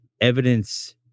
evidence